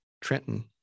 Trenton